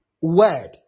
word